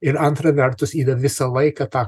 ir antra vertus yra visą laiką ta